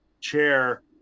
chair